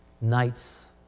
nights